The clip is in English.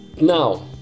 Now